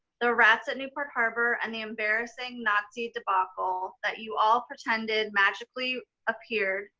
the rats at newport harbor and the embarrassing nazi debacle that you all pretended magically appeared,